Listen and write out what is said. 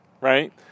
right